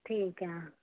ਠੀਕ ਹੈ